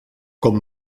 com